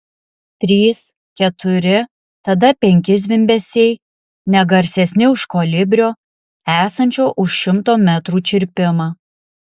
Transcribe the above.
trys keturi tada penki zvimbesiai ne garsesni už kolibrio esančio už šimto metrų čirpimą